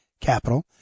capital